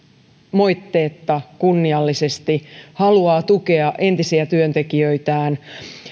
moitteetta kunniallisesti haluaa tukea entisiä työntekijöitään